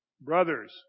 Brothers